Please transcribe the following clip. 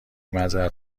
معذرت